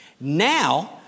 Now